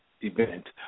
event